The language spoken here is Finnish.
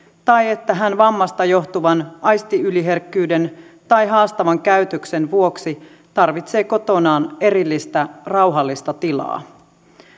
tai siihen että hän vammasta johtuvan aistiyliherkkyyden tai haastavan käytöksen vuoksi tarvitsee kotonaan erillistä rauhallista tilaa